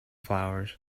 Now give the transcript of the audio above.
flowers